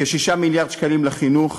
כ-6 מיליארד שקלים לחינוך,